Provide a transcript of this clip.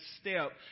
step